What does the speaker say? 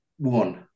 one